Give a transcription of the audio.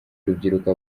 urubyiruko